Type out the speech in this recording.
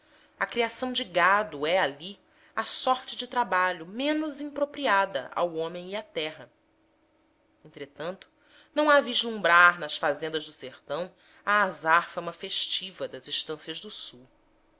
a criação de gado é ali a sorte de trabalho menos impropriada ao homem e à terra entretanto não há vislumbrar nas fazendas do sertão a azáfama festiva das estâncias do sul